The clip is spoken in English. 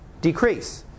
decrease